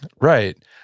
right